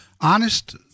honest